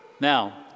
Now